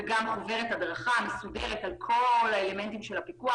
גם חוברת הדרכה מסודרת על כל האלמנטים של הפיקוח,